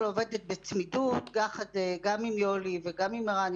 עובדת בצמידות יחד גם עם יולי וגם עם ערן,